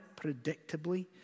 predictably